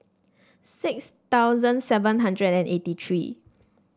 six thousand seven hundred and eighty three